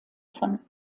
von